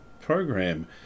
program